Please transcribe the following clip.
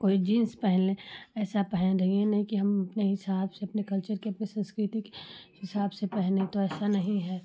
कोई जीन्स पहन ले ऐसा पहन रही हैं यह नहीं कि हम अपने हिसाब से अपने कल्चर के अपनी सँस्कृति के हिसाब से पहनें तो ऐसा नहीं है